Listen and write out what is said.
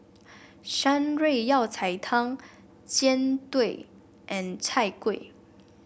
Shan Rui Yao Cai Tang Jian Dui and Chai Kuih